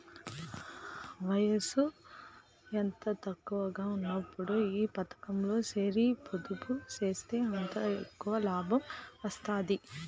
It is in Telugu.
వయసు ఎంత తక్కువగా ఉన్నప్పుడు ఈ పతకంలో సేరి పొదుపు సేస్తే అంత ఎక్కవ లాబం వస్తాది